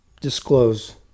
disclose